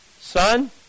son